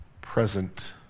present